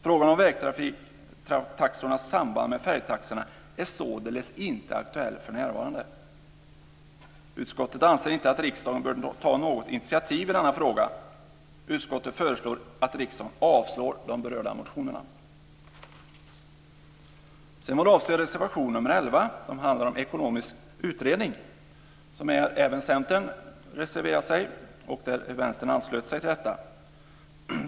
Frågan om vägtrafiktaxornas samband med färjetaxorna är således inte aktuell för närvarande. Utskottet anser inte att riksdagen bör ta något initiativ i denna fråga. Utskottet föreslår att riksdagen avslår de berörda motionerna. Centern reserverade sig, och Vänstern anslöt sig till detta.